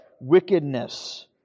wickedness